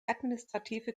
administrative